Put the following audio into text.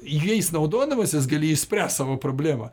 jais naudodamasis gali išspręst savo problemą